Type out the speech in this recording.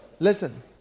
Listen